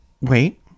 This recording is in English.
wait